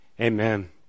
Amen